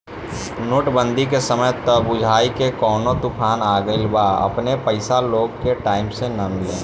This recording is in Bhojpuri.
नोट बंदी के समय त बुझाए की कवनो तूफान आ गईल बा अपने पईसा लोग के टाइम से ना मिले